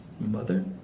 mother